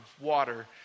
water